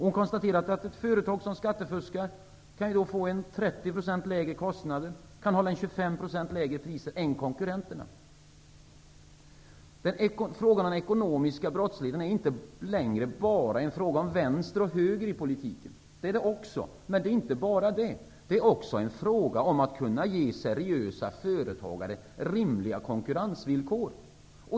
Hon konstaterar att ett företag som skattefuskar kan få 30 % lägre kostnader och därför kan hålla priser som är 25 % lägre än konkurrenternas. Frågan om den ekonomiska brottsligheten är inte längre bara en fråga om vänster och höger i politiken. Det är också en fråga om att kunna ge seriösa företagare rimliga konkurrensvillkor.